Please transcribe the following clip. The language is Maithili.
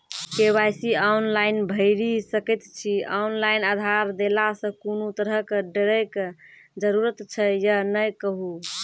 के.वाई.सी ऑनलाइन भैरि सकैत छी, ऑनलाइन आधार देलासॅ कुनू तरहक डरैक जरूरत छै या नै कहू?